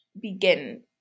begin